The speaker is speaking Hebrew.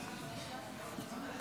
חברי